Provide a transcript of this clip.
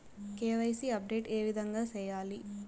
KYC update ఏ విధంగా సేయాలి?